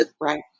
Right